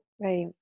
Right